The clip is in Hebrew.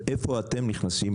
איפה אתם נכנסים,